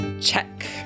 Check